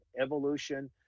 evolution